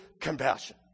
compassion